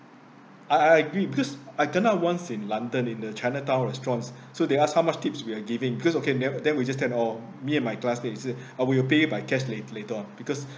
I I agree because I kena once in london in the chinatown restaurants so they asked how much tips we are giving because okay then then we just tell orh me and my classmate is it uh we will pay it by cash late later on because